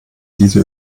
diese